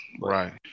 Right